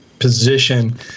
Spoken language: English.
Position